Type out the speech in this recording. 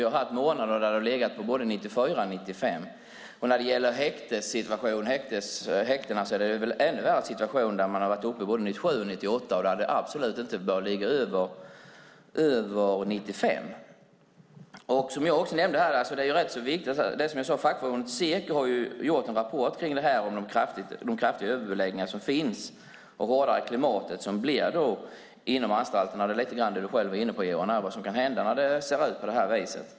Vi har haft månader då den har legat på både 94 och 95 procent. När det gäller häktena har situationen varit ännu värre. Där har man varit uppe i både 97 och 98 procent när den absolut inte bör ligga över 95. Som jag sade har fackförbundet Seko gjort en rapport om detta med de kraftiga överbeläggningar som finns och det hårdare klimat som det blir inom anstalterna. Du, Johan, var själv inne på vad som kan hända när det ser ut på det sätet.